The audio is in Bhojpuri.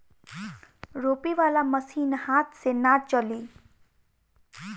रोपे वाला मशीन हाथ से ना चली